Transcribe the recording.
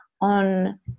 on